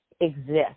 exist